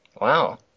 Wow